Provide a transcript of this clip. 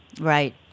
Right